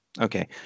Okay